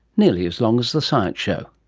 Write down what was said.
nearly as long as the science show,